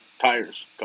tires